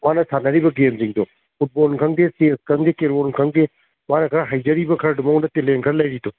ꯃꯥꯅ ꯁꯥꯟꯅꯔꯤꯕ ꯒꯦꯝꯁꯤꯡꯗꯣ ꯐꯨꯠꯕꯣꯟ ꯈꯪꯗꯦ ꯆꯦꯁ ꯈꯪꯗꯦ ꯀꯦꯔꯣꯝ ꯈꯪꯗꯦ ꯃꯥꯅ ꯈꯔ ꯍꯩꯖꯔꯤꯕ ꯈꯔꯗꯨ ꯃꯉꯣꯟꯗ ꯇꯦꯂꯦꯟ ꯈꯔ ꯂꯩꯔꯤꯗꯣ